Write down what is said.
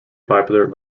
popular